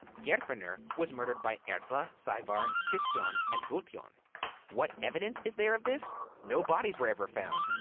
geirfinnur was murdered by erla, saevar, and kristjan, and gudjon. what evidence is there of this? no bodies were ever found,